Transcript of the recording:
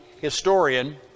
historian